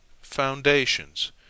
foundations